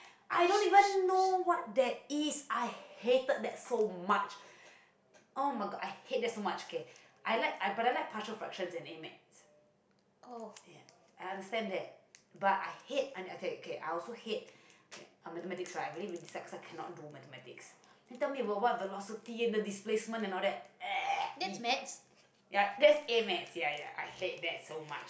oh that's maths